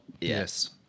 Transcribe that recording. Yes